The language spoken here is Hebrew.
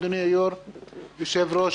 אדוני היושב-ראש,